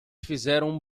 fizeram